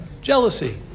Jealousy